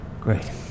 Great